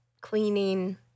cleaning